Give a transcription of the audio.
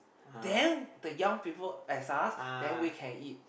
then the young people as us then we can eat